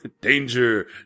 Danger